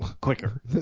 quicker